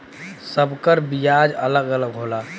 सब कर बियाज अलग अलग होला